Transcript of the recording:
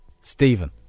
Stephen